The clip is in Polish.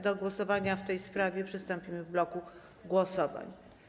Do głosowania w tej sprawie przystąpimy w bloku głosowań.